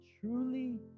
Truly